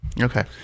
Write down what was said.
okay